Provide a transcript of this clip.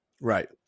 Right